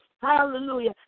Hallelujah